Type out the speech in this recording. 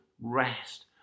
rest